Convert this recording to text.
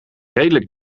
redelijk